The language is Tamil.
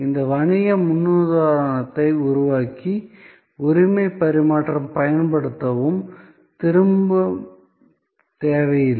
இந்த வணிக முன்னுதாரணத்தை உருவாக்கி உரிமை பரிமாற்றம் பயன்படுத்தவும் திரும்ப தேவையில்லை